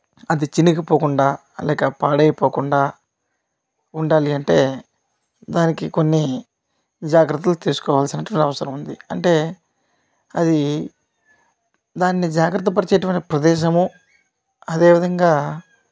అది చినిగిపోకుండా లేక పాడైపోకుండా ఉండాలి అంటే దానికి కొన్ని జాగ్రత్తలు తీసుకోవాల్సిన అటువంటి అవసరం ఉంది అంటే అది దాన్ని జాగ్రత్త పరిచేటువంటి ప్రదేశము అదే విధంగా